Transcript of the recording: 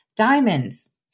Diamonds